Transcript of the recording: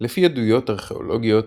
לפי עדויות ארכאולוגיות,